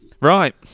Right